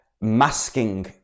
masking